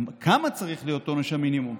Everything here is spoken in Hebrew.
כמה צריך להיות עונש המינימום,